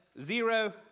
zero